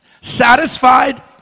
Satisfied